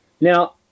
Now